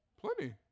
Plenty